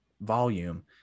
volume